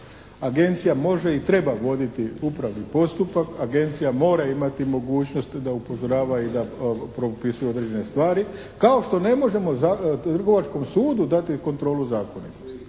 Agencija može i treba voditi upravni postupak. Agencija mora imati mogućnost da upozorava i da propisuje određene stvari. Kao što ne možemo Trgovačkom sudu dati kontrolu zakonitosti.